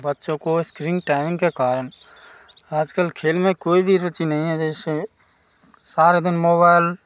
बच्चों को screen time के कारण आजकल खेल में कोई भी रुचि नहीं है जैसे सारे दिन मोबैल